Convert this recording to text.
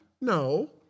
No